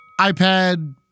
iPad